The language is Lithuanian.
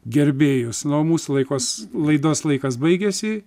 gerbėjus na o mūsų laikos laidos laikas baigiasi